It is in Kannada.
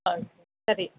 ಹಾಂ ಸರಿ